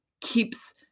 keeps